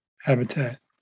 habitat